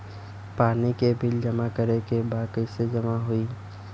पानी के बिल जमा करे के बा कैसे जमा होई?